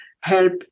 help